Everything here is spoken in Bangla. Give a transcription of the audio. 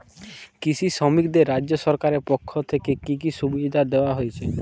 কৃষি শ্রমিকদের রাজ্য সরকারের পক্ষ থেকে কি কি সুবিধা দেওয়া হয়েছে?